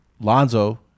Lonzo